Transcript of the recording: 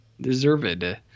deserved